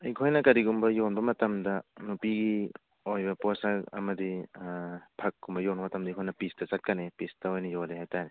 ꯑꯩꯈꯣꯏꯅ ꯀꯔꯤꯒꯨꯝ ꯌꯣꯟꯕ ꯃꯇꯝꯗ ꯅꯨꯄꯤꯒꯤ ꯑꯣꯏꯕ ꯄꯣꯠꯁꯛ ꯑꯃꯗꯤ ꯐꯛꯀꯨꯝꯕ ꯌꯣꯅꯕ ꯃꯇꯝꯗ ꯑꯩꯈꯣꯏꯅ ꯄꯤꯁꯇ ꯆꯠꯀꯅꯤ ꯄꯤꯁꯇ ꯑꯣꯏꯅ ꯌꯣꯜꯂꯦ ꯍꯥꯏꯇꯥꯔꯦ